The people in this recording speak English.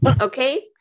Okay